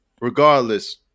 regardless